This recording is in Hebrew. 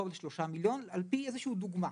3 מיליון על-פי איזושהי דוגמה.